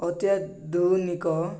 ଅତ୍ୟାଧୁନିକ